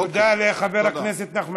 תודה לחבר הכנסת נחמן